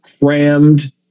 crammed